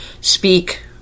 speak